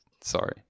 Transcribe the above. sorry